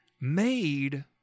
made